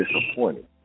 disappointed